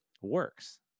works